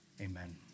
Amen